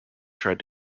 tried